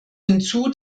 hinzu